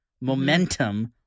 Momentum